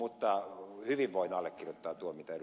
mutta hyvin voin allekirjoittaa tuon mitä ed